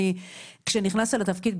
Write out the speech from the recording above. כשנכנסת לתפקיד,